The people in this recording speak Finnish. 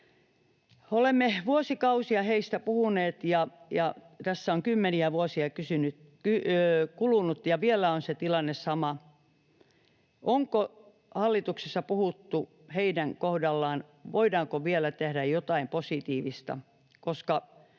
Olemme vuosikausia heistä puhuneet, ja tässä on kymmeniä vuosia kulunut, ja vielä on se tilanne sama. Onko hallituksessa puhuttu, voidaanko heidän kohdallaan vielä tehdä jotain positiivista?